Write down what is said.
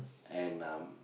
and um